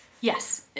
Yes